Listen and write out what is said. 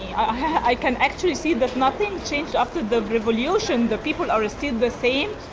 i can actually see that nothing changed after the revolution. the people are still the same.